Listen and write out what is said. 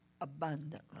abundantly